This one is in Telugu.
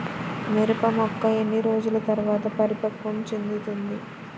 మిరప మొక్క ఎన్ని రోజుల తర్వాత పరిపక్వం చెందుతుంది?